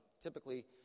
Typically